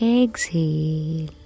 Exhale